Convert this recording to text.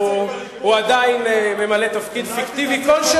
אולי תתעסק בליכוד?